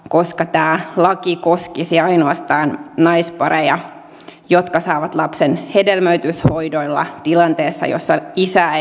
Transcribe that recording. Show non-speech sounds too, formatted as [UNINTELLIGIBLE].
koska tämä laki koskisi ainoastaan naispareja jotka saavat lapsen hedelmöityshoidoilla tilanteessa jossa isää [UNINTELLIGIBLE]